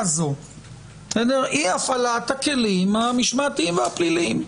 הזאת היא הפעלת הכלים המשמעותיים הפליליים.